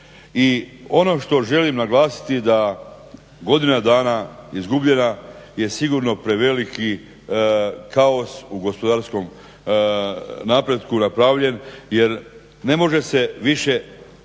ono što želim naglasiti da godina dana izgubljena je sigurno preveliki kaos u gospodarskom napretku napravljen jer ne može se više zavrtjeti